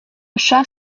chat